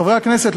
חברי הכנסת,